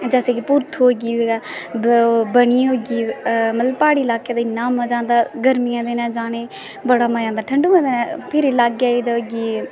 जैसले की पुरखू होइये बनी होइये मतलब प्हाड़ी लाकै ई इन्ना मज़ा आंदा मतलब जानै ई ठंडू दे दिनें फिर लागै होई गे